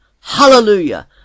Hallelujah